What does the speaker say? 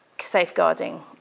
safeguarding